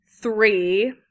three